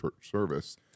service